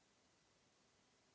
Hvala.